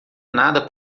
nada